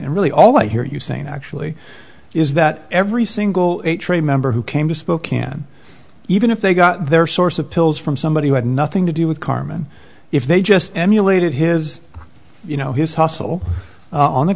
and really all i hear you saying actually is that every single member who came to spokane even if they got their source of pills from somebody who had nothing to do with carmen if they just emulated his you know his hustle on the